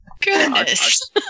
Goodness